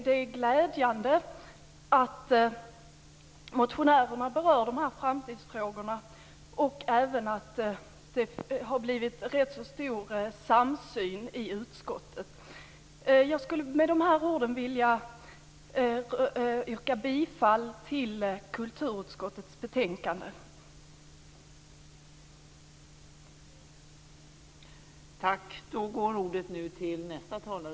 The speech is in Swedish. Det är glädjande att motionärerna berör dessa framtidsfrågor och även att det har blivit rätt stor samsyn i utskottet. Jag skulle med de här orden vilja yrka bifall till hemställan i kulturutskottets betänkande.